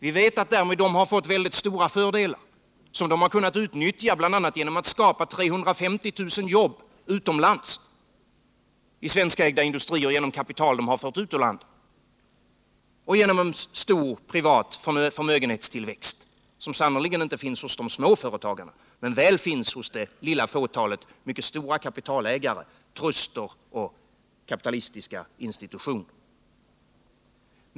Vi vet att de därmed har fått mycket stora fördelar, som de har kunnat utnyttja bl.a. genom att skapa 350 000 jobb utomlands i svenskägda industrier med hjälp av kapital de har fört ut ur landet och genom en stor privat förmögenhetstillväxt, som sannerligen inte finns hos de små företagarna men väl hos det lilla fåtalet mycket stora kapitalägare, truster och kapitalistiska institutioner.